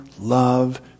love